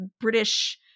British